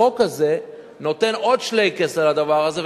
החוק הזה נותן עוד שלייקעס על הדבר הזה,